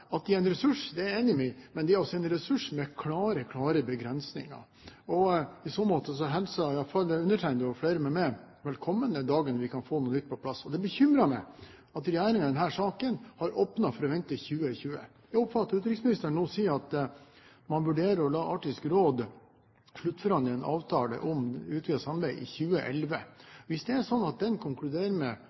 at de er en ressurs, er jeg enig i, men de er en ressurs med klare, klare begrensninger. I så måte hilser i hvert fall undertegnede, og flere med meg, velkommen den dagen vi kan få noe nytt på plass. Det bekymrer meg at regjeringen i denne saken har åpnet for å vente til 2020. Jeg oppfatter at utenriksministeren nå sier at man vurderer å la Arktisk Råd sluttforhandle en avtale om utvidet samarbeid i 2011. Hvis det er sånn at den konkluderer med